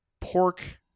pork